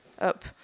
up